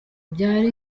byari